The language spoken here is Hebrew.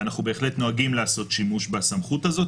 ואנחנו בהחלט נוהגים לעשות שימוש בסמכות הזאת.